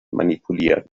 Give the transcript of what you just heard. manipulieren